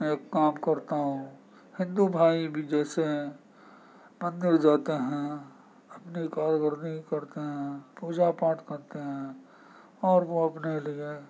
نیک کام کرتا ہوں ہندو بھائی بھی جیسے ہیں مندر جاتے ہیں اپنی کارکردگی کرتے ہیں پوجا پاٹ کرتے ہیں اور وہ اپنے لیے